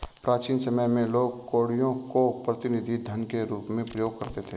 प्राचीन समय में लोग कौड़ियों को प्रतिनिधि धन के रूप में प्रयोग करते थे